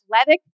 athletic